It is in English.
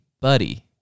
buddy